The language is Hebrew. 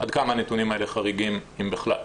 עד כמה הנתונים האלה חריגים, אם בכלל,